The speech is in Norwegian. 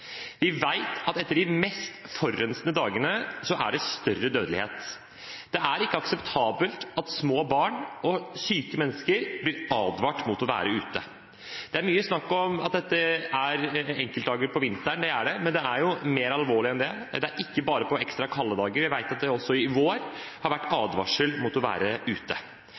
Vi vet at etter de mest forurensende dagene er det større dødelighet. Det er ikke akseptabelt at små barn og syke mennesker blir advart mot å være ute. Det er mye snakk om at dette gjelder enkeltdager på vinteren, men det er jo mer alvorlig enn det. Det er ikke bare på ekstra kalde dager. Vi vet at det også i vår har vært advarsel mot å være ute,